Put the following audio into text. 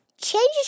changes